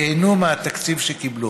ייהנו מהתקציב שקיבלו.